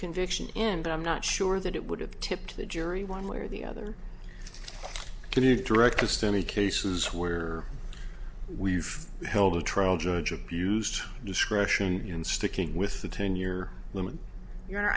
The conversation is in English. convict and i'm not sure that it would have tipped the jury one way or the other can you direct just any cases where we've held a trial judge abused discretion in sticking with the ten year limit your